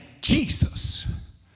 Jesus